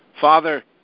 Father